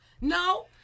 No